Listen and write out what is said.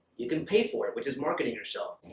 you can pay for it, which is marketing yourself.